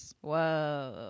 whoa